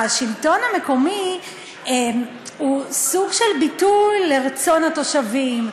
השלטון המקומי הוא סוג של ביטוי לרצון התושבים,